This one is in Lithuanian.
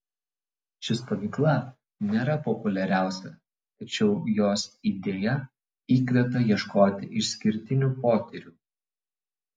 ši stovykla nėra populiariausia tačiau jos idėja įkvepia ieškoti išskirtinių potyrių